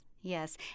yes